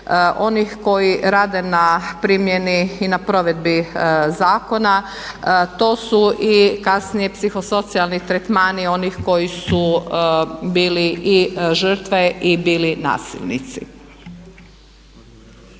onih koji rade na primjeni i na provedbi zakona. To su i kasnije psihosocijalni tretmani onih koji su bili i žrtve i bili nasilnici.